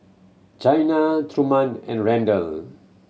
Chyna Truman and Randel